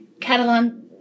Catalan